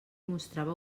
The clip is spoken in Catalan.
mostrava